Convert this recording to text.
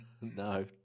No